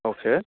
okay